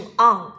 on